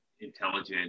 intelligent